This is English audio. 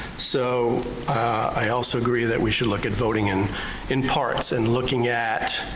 so i also agree that we should look at voting in in parts and looking at.